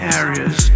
areas